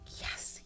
yes